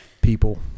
people